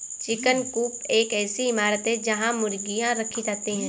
chicken coop एक ऐसी इमारत है जहां मुर्गियां रखी जाती हैं